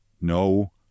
No